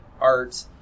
art